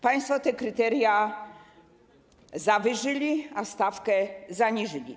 Państwo te kryteria zawyżyli, a stawkę zaniżyli.